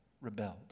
rebelled